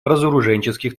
разоруженческих